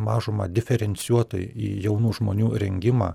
mažumą diferencijuotai į jaunų žmonių rengimą